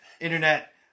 internet